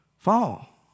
Fall